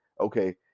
okay